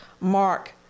Mark